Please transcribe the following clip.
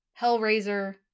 Hellraiser